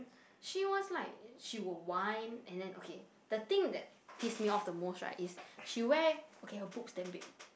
she was like she will whine and then okay the thing that piss me off the most right is she wear okay her boobs damn big